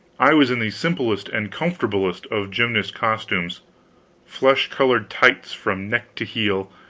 i was in the simplest and comfortablest of gymnast costumes flesh-colored tights from neck to heel,